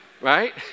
Right